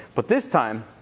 but this time,